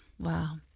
Wow